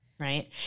Right